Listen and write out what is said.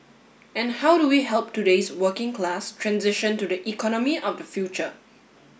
and how do we help today's working class transition to the economy of the future